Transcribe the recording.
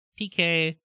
PK